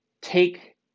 take